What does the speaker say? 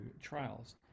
trials